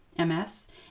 MS